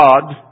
God